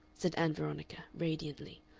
said ann veronica, radiantly.